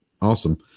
Awesome